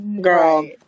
Girl